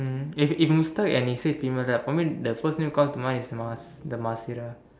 mm if if Mustad and you said Timus right for me the first name call to mind is Mas~ the Marsira